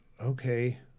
okay –